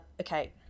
Okay